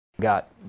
Got